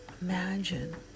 Imagine